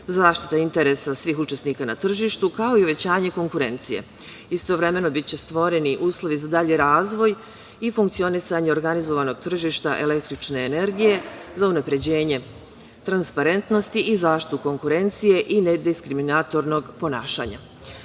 zaštita interesa svih učesnika na tržištu kao i uvećanje konkurencije. Istovremeno biće stvoreni uslovi za dalji razvoj i funkcionisanje organizovanog tržišta električne energije za unapređenje transparentnosti i zaštitu konkurencije i neskriminatornog ponašanja.U